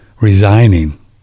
resigning